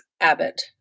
Abbott